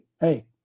Hey